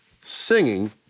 singing